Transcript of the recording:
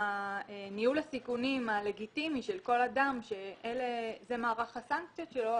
ניהול הסיכונים הלגיטימי של כל אדם שזה מערך הסנקציות שלו,